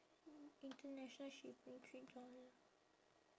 hmm international shipping three dollar